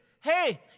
Hey